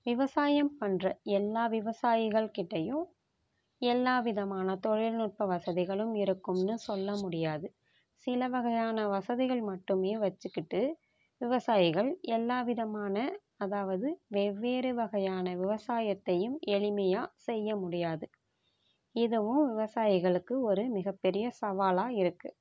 விவசாயம் பண்ணுற எல்லா விவசாயிகள் கிட்டேயும் எல்லா விதமான தொழில் நுட்ப வசதிகளும் இருக்கும்னு சொல்ல முடியாது சில வகையான வசதிகள் மட்டுமே வச்சுக்கிட்டு விவசாயிகள் எல்லா விதமான அதாவது வெவ்வேறு வகையான விவசாயத்தையும் எளிமையாக செய்ய முடியாது இதுவும் விவசாயிகளுக்கு மிகப்பெரிய சவாலாக இருக்குது